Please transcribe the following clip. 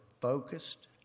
focused